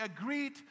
agreed